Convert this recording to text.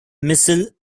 missile